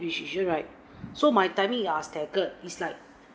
restriction right so my timing are stated is like